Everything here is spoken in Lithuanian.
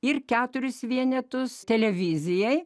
ir keturis vienetus televizijai